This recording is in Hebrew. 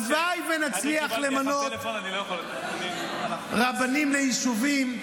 הלוואי שנצליח למנות רבנים ביישובים,